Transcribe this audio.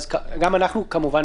גם אנחנו כמובן,